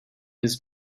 his